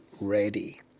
ready